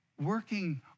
working